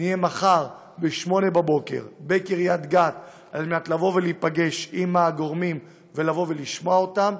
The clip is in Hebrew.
נהיה מחר ב-8:00 בבוקר בקריית גת כדי להיפגש עם הגורמים ולשמוע אותם.